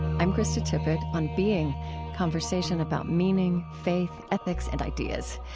i'm krista tippett, on being conversation about meaning, faith, ethics, and ideas.